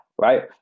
right